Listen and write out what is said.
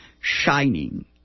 shining